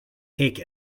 take